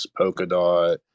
polkadot